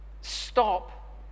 stop